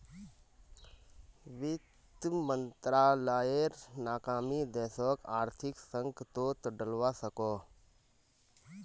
वित मंत्रालायेर नाकामी देशोक आर्थिक संकतोत डलवा सकोह